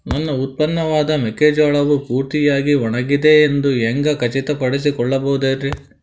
ನನ್ನ ಉತ್ಪನ್ನವಾದ ಮೆಕ್ಕೆಜೋಳವು ಪೂರ್ತಿಯಾಗಿ ಒಣಗಿದೆ ಎಂದು ಹ್ಯಾಂಗ ಖಚಿತ ಪಡಿಸಿಕೊಳ್ಳಬಹುದರೇ?